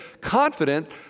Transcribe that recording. confident